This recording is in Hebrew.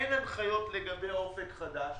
ואין הנחיות לגבי אופק חדש,